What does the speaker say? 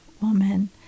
woman